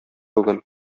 бүген